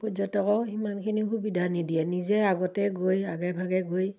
পৰ্যটকক সিমানখিনি সুবিধা নিদিয়ে নিজে আগতে গৈ আগে ভাগে গৈ